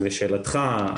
אז לשאלתך,